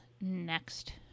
next